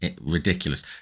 ridiculous